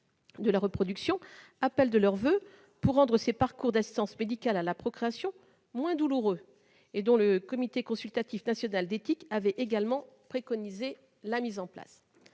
de la reproduction appellent de leurs voeux pour rendre ces parcours d'assistance médicale à la procréation moins douloureux et dont le Comité consultatif national d'éthique a également préconisé la mise en place.